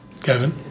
Kevin